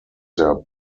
their